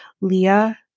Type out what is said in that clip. Leah